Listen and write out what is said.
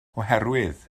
oherwydd